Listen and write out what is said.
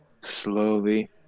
slowly